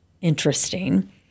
interesting